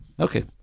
Okay